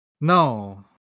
No